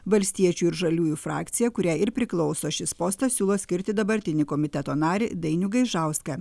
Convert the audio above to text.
valstiečių ir žaliųjų frakcija kuriai ir priklauso šis postas siūlo skirti dabartinį komiteto narį dainių gaižauską